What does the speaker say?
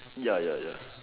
ya ya ya